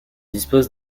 dispose